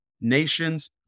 nations